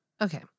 Okay